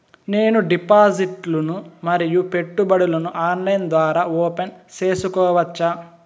నేను డిపాజిట్లు ను మరియు పెట్టుబడులను ఆన్లైన్ ద్వారా ఓపెన్ సేసుకోవచ్చా?